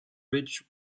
ridge